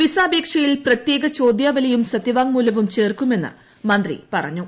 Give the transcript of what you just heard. visa അപേക്ഷയിൽ പ്രത്യേകി ചോദ്യാവലിയും സത്യവാങ്മൂലവും ചേർക്കുമെന്ന് മന്ത്രി പറഞ്ഞു